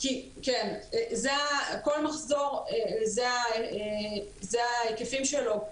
כן, כל מחזור אלה ההיקפים שלו.